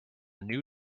new